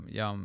ja